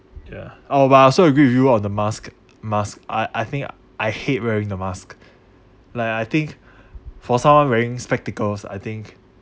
ya oh but I also agree with you on the mask mask I I think I hate wearing the mask like I think for someone wearing spectacles I think